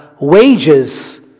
wages